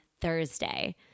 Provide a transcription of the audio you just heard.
Thursday